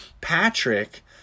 patrick